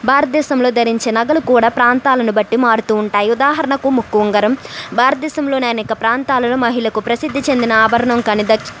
భారతదేశంలో ధరించే నగలు కూడా ప్రాంతాలను బట్టి మారుతు ఉంటాయి ఉదాహరణకు ముక్కు ఉంగరం భారతదేశంలో అనేక ప్రాంతాలలో మహిళలకు ప్రసిద్ధి చెందిన ఆభరణం కానీ దక్షిణ